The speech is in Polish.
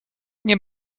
nie